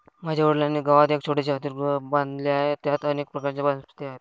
माझ्या वडिलांनी गावात एक छोटेसे हरितगृह बांधले आहे, त्यात अनेक प्रकारच्या वनस्पती आहेत